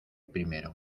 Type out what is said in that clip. primero